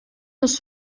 los